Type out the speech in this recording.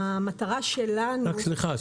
סליחה.